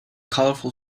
colorful